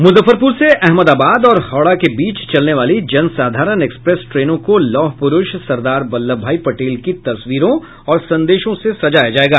मुजफ्फरपुर से अहमदाबाद और हावड़ा के बीच चलने वाली जनसाधारण एक्सप्रेस ट्रेनों को लौहपुरूष सरदार वल्लभ भाई पटेल की तस्वीरों और संदेशों से सजाया जायेगा